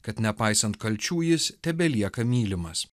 kad nepaisant kalčių jis tebelieka mylimas